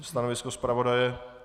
Stanovisko zpravodaje?